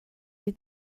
sie